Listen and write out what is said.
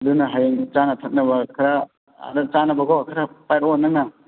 ꯑꯗꯨꯅ ꯍꯌꯦꯡ ꯆꯥꯅ ꯊꯛꯅꯕ ꯈꯔ ꯑꯗ ꯆꯥꯅꯕꯀꯣ ꯈꯔ ꯄꯥꯏꯔꯛꯑꯣ ꯅꯪꯅ